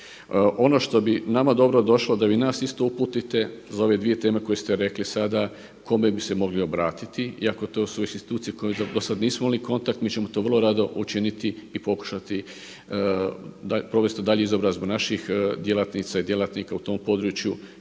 Ono što bi nama dobro došlo da vi nas isto uputite za ove dvije teme koje ste rekli sada kome bi se mogli obratiti iako to su institucije s kojima do sada nismo imali kontakt, mi ćemo to vrlo rado učiniti i pokušati provesti daljnju izobrazbu naših djelatnica i djelatnika u tom području